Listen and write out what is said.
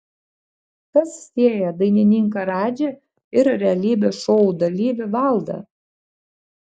kas sieja dainininką radžį ir realybės šou dalyvį valdą